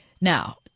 Now